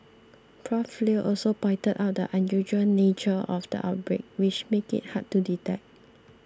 Prof Leo also pointed out the unusual nature of the outbreak which made it hard to detect